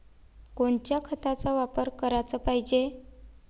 कोनच्या खताचा वापर कराच पायजे?